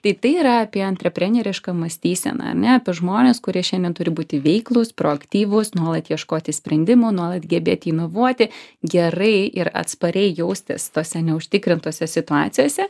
tai tai yra apie antreprenerišką mąstyseną ane apie žmones kurie šiandien turi būti veiklūs proaktyvūs nuolat ieškoti sprendimų nuolat gebėti inuovuoti gerai ir atspariai jaustis tose neužtikrintose situacijose